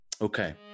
Okay